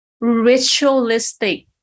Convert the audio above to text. ritualistic